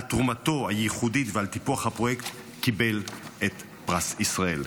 על תרומתו הייחודית ועל טיפוח הפרויקט הוא קיבל את פרס ישראל.